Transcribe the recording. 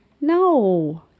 No